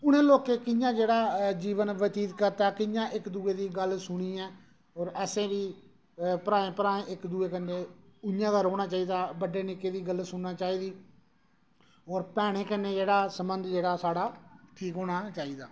उ'नें लोकें कि'यां जेह्ड़ा जीवन बतीत कीता कि'यां इक दूए दी गल्ल सुनियै और असें बी भ्राएं भ्राएं इक दूए कन्नै इ'यां गै रौह्ना चाहिदा बड्डे निक्के दी गल्ल सुननी चाहिदी और भैने कन्नै जेह्ड़ा संबंध जेहड़ा साढ़ा ठीक होना चाहिदा